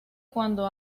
cuando